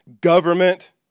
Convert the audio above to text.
government